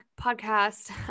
podcast